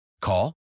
Call